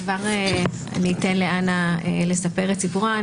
כבר אתן לאנה לספר את סיפורה,